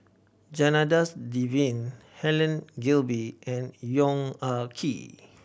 Janadas Devan Helen Gilbey and Yong Ah Kee